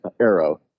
arrow